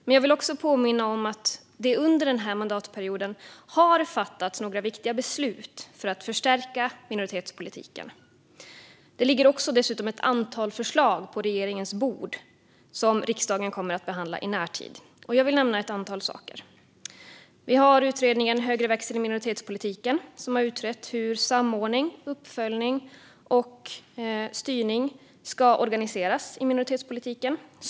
Men jag vill också påminna om att det under denna mandatperiod har fattats några viktiga beslut för att förstärka minoritetspolitiken. Det finns dessutom ett antal förslag från regeringen som riksdagen kommer att behandla i närtid. Jag vill nämna ett antal saker. Utredningen om uppföljning av minoritetspolitiken har i betänkandet Högre växel i minoritetspolitiken utrett hur samordning, uppföljning och styrning ska organiseras i minoritetspolitiken.